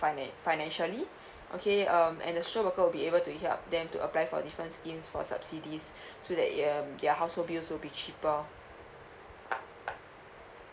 finance financially okay um and the social worker will be able to help them to apply for different schemes for subsidies to that it um their household bills will be cheaper